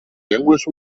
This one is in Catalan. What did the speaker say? llengües